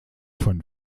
von